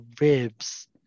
ribs